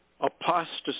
Apostasy